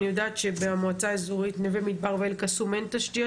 אני יודעת שבמועצה אזורית נווה מדבר ואל קסום אין תשתיות